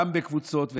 גם בקבוצות.